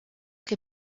che